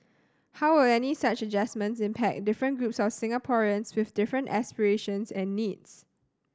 how will any such adjustments impact different groups of Singaporeans with different aspirations and needs